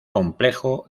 complejo